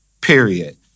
period